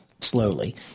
slowly